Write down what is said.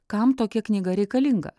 kam tokia knyga reikalinga